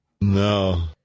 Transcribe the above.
No